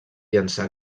llançar